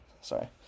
Sorry